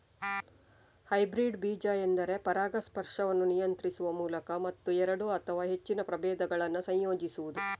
hybrid ಬೀಜ ಎಂದರೆ ಪರಾಗಸ್ಪರ್ಶವನ್ನು ನಿಯಂತ್ರಿಸುವ ಮೂಲಕ ಮತ್ತು ಎರಡು ಅಥವಾ ಹೆಚ್ಚಿನ ಪ್ರಭೇದಗಳನ್ನ ಸಂಯೋಜಿಸುದು